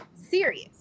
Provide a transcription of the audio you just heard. serious